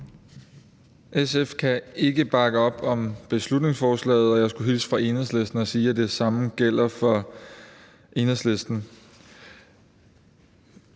SF kan ikke bakke op om beslutningsforslaget, og jeg skulle hilse fra Enhedslisten og sige, at det samme gælder for Enhedslisten.